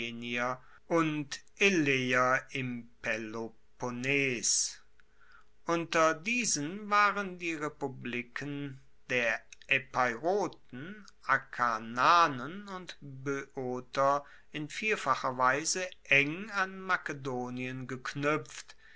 und eleer im peloponnes unter diesen waren die republiken der epeiroten akarnanen und boeoter in vielfacher weise eng an makedonien geknuepft